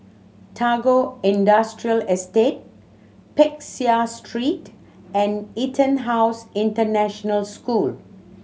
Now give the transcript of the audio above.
Tagore Industrial Estate Peck Seah Street and EtonHouse International School